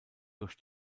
durch